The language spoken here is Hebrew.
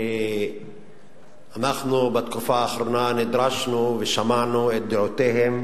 ואנחנו בתקופה האחרונה נדרשנו ושמענו את דעותיהם